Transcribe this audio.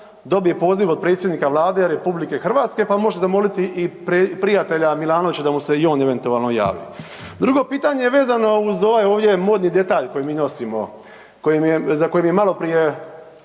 dobije poziv od predsjednika Vlade RH, pa možete zamoliti i prijatelja Milanovića da mu se i on eventualno javi. Drugo pitanje je vezano uz ovaj ovdje modni detalj koji mi nosimo, koji mi je, za koji